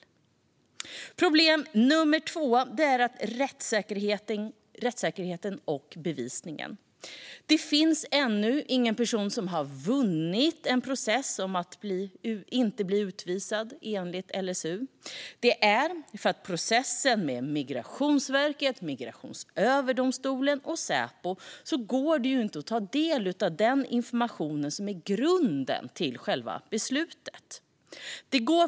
Problem nr 2 är rättssäkerheten och bevisningen. Det finns ännu ingen person som har "vunnit" en process om att inte bli utvisad enligt LSU. Det beror på att det i processen med Migrationsverket, Migrationsöverdomstolen och Säpo inte går att ta del av den information som är grunden till själva beslutet.